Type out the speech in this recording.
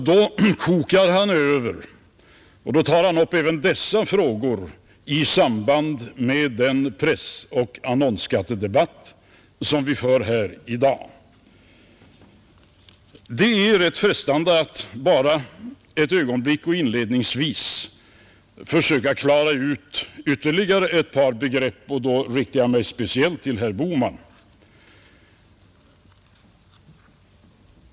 Då kokar han över och tar upp även dessa frågor i samband med den presstödsoch annonsskattedebatt som vi för här i dag. Det är rätt frestande att bara ett ögonblick inledningsvis försöka klara ut ytterligare ett par begrepp, och då riktar jag mig speciellt till herr Bohman.